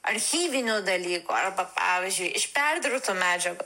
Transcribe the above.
archyvinių dalykų arba pavyzdžiui iš perdirbtų medžiagų